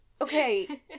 Okay